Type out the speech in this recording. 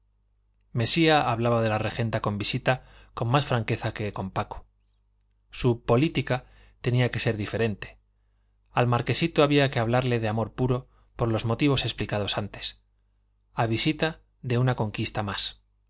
mesía hablaba de la regenta con visita con más franqueza que con paco su política tenía que ser diferente al marquesito había que hablarle de amor puro por los motivos explicados antes a visita de una conquista más